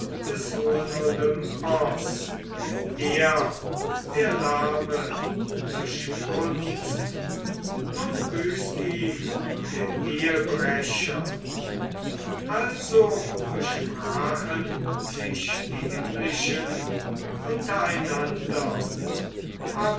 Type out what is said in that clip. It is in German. olympos er der lahme durch kunst nun büßt ihm der ehebrecher also besprachen sich die himmlischen